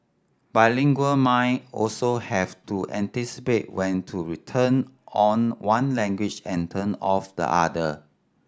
bilingual mind also have to anticipate when to return on one language and turn off the other